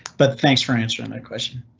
but thanks for answering my question.